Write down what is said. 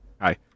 Hi